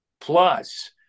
plus